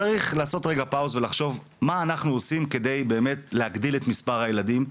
צריך לעשות רגע עצירה ולחשוב מה אנחנו עושים כדי להגדיל את מספר הילדים,